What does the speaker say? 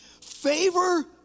favor